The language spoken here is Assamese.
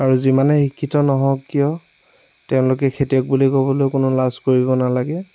আৰু যিমানে শিক্ষিত নহওক কিয় তেওঁলোকে খেতিয়ক বুলি কবলৈ কোনো লাজ কৰিব নালাগে